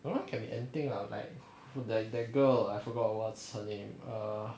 !huh! can be anything lah like food then that girl I forgot what's her name err